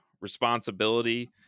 responsibility